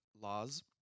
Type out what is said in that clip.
laws